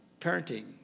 parenting